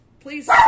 Please